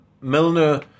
Milner